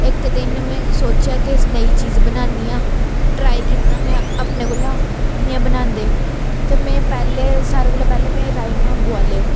इक दिन में सोचेआ किश नेयी चीज़ बनानी आं ट्राई कीती ते में अपने कोलां कि'यां बनांदे ते में पैह्लें सारें कोलां पैह्ले में राज़मा बुआले